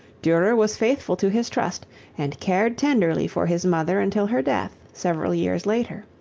durer was faithful to his trust and cared tenderly for his mother until her death, several years later.